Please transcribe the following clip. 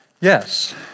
Yes